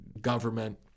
government